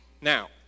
Now